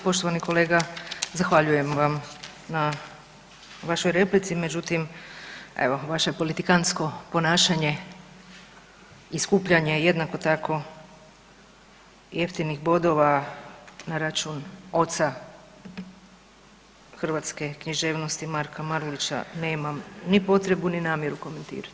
Poštovani kolega, zahvaljujem vam na vašoj replici, međutim evo, vaše politikansko ponašanje i skupljanje jednako tako jeftinih bodova na račun oca hrvatske književnosti, Marka Marulića, nema ni potrebu ni namjeru komentirati.